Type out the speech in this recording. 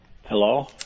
Hello